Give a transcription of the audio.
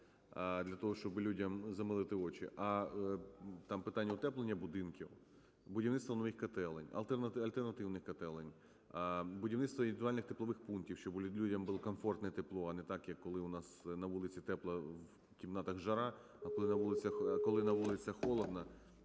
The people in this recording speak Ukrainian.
для того, щоб людям замилити очі, а, там, питання утеплення будинків, будівництво нових котелень, альтернативних котелень, будівництво індивідуальних теплових пунктів, щоб людям було комфортно і тепло, а не так як, коли у нас на вулиці тепло - в кімнатах жара, а коли на вулиці холодно